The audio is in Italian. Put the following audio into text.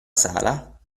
scala